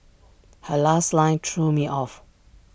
her last line threw me off